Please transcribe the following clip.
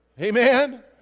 Amen